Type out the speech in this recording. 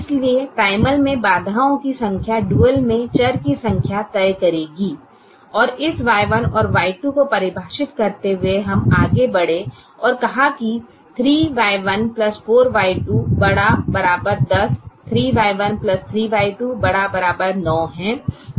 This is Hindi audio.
इसलिए प्राइमल में बाधाओं की संख्या डुअल में चर की संख्या तय करेगी और इस Y1 और Y2 को परिभाषित करते हुए हम आगे बढ़े और कहा कि 3Y1 4Y2 ≥ 10 3Y1 3Y2 ≥ 9 है